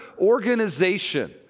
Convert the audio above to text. organization